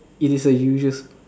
it is a usual